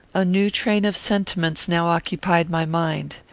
a new train of sentiments now occupied my mind.